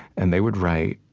and they would write.